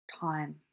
time